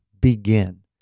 begin